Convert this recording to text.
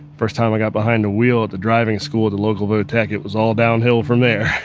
first time i got behind the wheel at the driving school at the local votech, it was all downhill from there